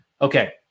Okay